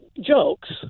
jokes